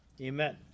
Amen